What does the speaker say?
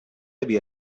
havia